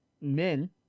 men